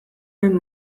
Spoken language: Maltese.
minn